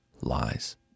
lies